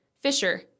Fisher